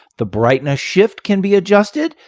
the brightness shift can be adjusted.